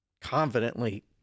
confidently